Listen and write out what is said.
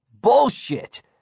Bullshit